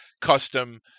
custom